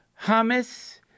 hummus